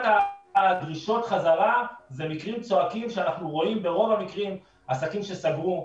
רוב הדרישות חזרה זה מקרים צועקים שאנחנו רואים ברוב מקרים עסקים שסגרו,